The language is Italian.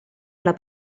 alla